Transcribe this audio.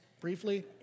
briefly